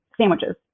sandwiches